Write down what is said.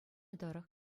тӑрӑх